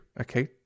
okay